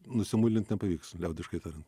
nusimuilint nepavyks liaudiškai tariant